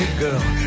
girl